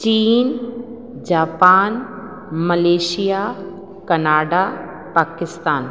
China Japan Malaysia Canada Pakistan